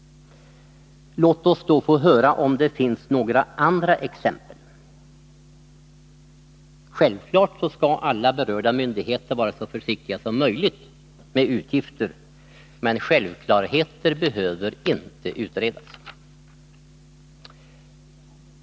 Låt oss då få höra om det finns andra exempel. Självklart skall alla berörda myndigheter vara så försiktiga som möjligt med utgifter, men självklarheter behöver inte utredas.